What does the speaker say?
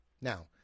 Now